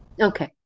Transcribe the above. Okay